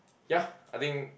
ya I think